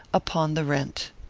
upon the rent.